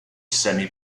semi